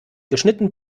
geschnitten